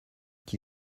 qui